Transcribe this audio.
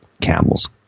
camels